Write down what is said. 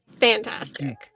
fantastic